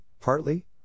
partly